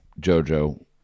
JoJo